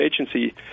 agency